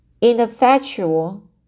ineffectual